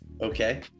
Okay